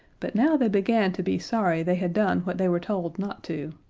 but now they began to be sorry they had done what they were told not to,